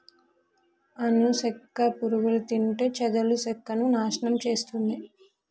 అను సెక్క పురుగులు అంటే చెదలు సెక్కను నాశనం చేస్తుంది